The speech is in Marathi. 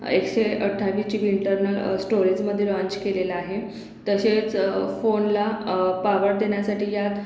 एकशे अठ्ठावीस जीबी इंटर्नल स्टोरेजमदे लॉन्च केलेला आहे तसेच फोनला पावर देण्यासाठी यात